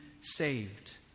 saved